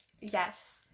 Yes